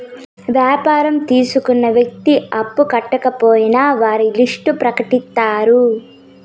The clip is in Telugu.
వ్యాపారం తీసుకున్న వ్యక్తి అప్పు కట్టకపోయినా వారి లిస్ట్ ప్రకటిత్తారు